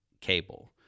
cable